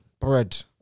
Bread